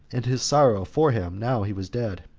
and his sorrow for him now he was dead,